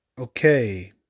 Okay